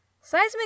Seismic